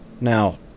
Now